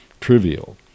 trivial